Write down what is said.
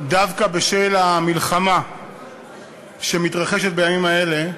דווקא בשל המלחמה שמתרחשת בימים האלה,